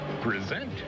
present